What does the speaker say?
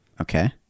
okay